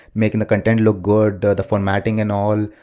making the content look good, the formatting and all,